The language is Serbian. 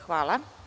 Hvala.